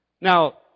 Now